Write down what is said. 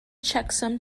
checksum